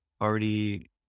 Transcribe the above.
already